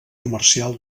comercial